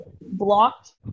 blocked